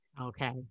Okay